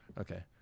okay